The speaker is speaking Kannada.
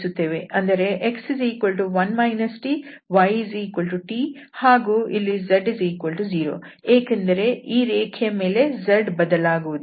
' ಅಂದರೆ x1 t yt ಹಾಗೂ z0 ಏಕೆಂದರೆ ಈ ರೇಖೆಯ ಮೇಲೆ z ಬದಲಾಗುವುದಿಲ್ಲ